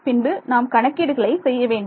பின்பு நாம் கணக்கீடுகளை செய்ய வேண்டும்